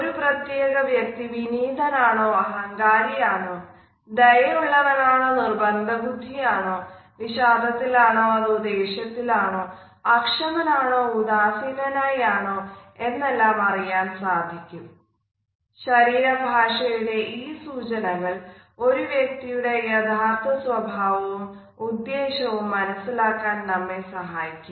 ഒരു പ്രത്യേക വ്യക്തി വിനീതൻ ആണോ അഹങ്കാരി ആണോ ദയയുള്ളവനാണോ നിർബന്ധബുദ്ധിയാണോ വിഷാദത്തിൽ ആണോ അതോ ദേഷ്യത്തിലാണോ അക്ഷമൻ ആണോ ഉദാസീനനായി ആണോ എന്നെല്ലാം അറിയാൻശരീരഭാഷയുടെ ഈ സൂചനകൾ ഒരു വ്യക്തിയുടെ യഥാർത്ഥ സ്വഭാവവും ഉദ്ദേശവും മനസ്സിലാക്കാൻ നമ്മെ സഹായിക്കും